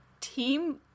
team